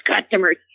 customers